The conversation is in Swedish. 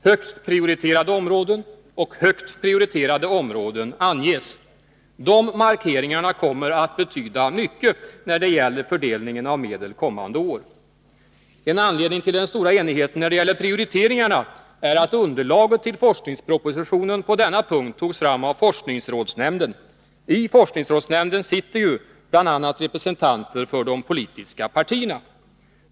Högst prioriterade områden och högt prioriterade områden anges. De markeringarna kommer att betyda mycket när det gäller fördelningen av medel kommande år. En anledning till den stora enigheten när det gäller prioriteringarna är att underlaget till forskningspropositionen på denna punkt togs fram av forskningsrådsnämnden. I forskningsrådsnämnden sitter ju bl.a. representanter för de politiska partierna.